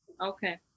okay